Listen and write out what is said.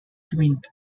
twinned